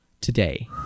today